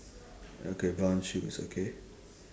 okay brown shoes okay